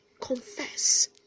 confess